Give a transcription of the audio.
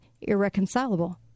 irreconcilable